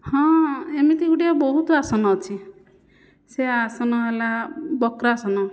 ହଁ ଏମିତିଗୁଡ଼ିଏ ବହୁତ ଆସନ ଅଛି ସେ ଆସନ ହେଲା ବକ୍ରାସନ